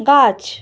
গাছ